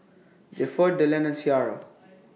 Gifford Dillan and Ciarra